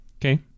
okay